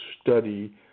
study